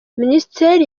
minisiteri